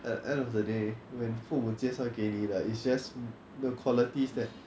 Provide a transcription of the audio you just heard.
at end of the day when 父母介绍给你的 it's just the qualities that